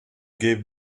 gave